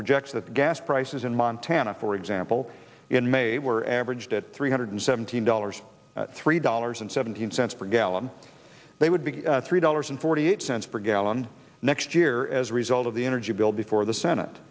projects at gas prices in montana for example in may were averaged at three hundred seventeen dollars three dollars and seventeen cents per gallon they would be three dollars and forty eight cents per gallon next year as a result of the energy bill before the senate